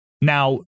Now